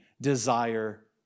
desire